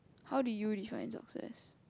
how do you define success